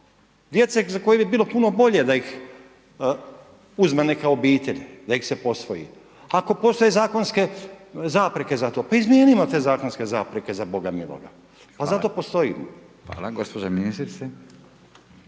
djece za koju bi bilo puno bolje da ih uzme neka obitelj, da ih se postoji. Ako postoje zakonske zapreke za to pa izmijenimo te zakonske zapreke za Boga miloga, pa zato postoji. **Radin, Furio